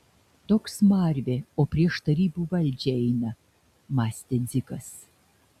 toks smarvė o prieš tarybų valdžią eina mąstė dzikas